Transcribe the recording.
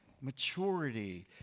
maturity